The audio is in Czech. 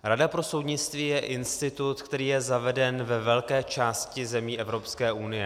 Rada pro soudnictví je institut, který je zaveden ve velké části zemí Evropské unie.